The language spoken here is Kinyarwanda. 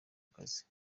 akazi